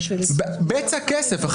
בצע כסף.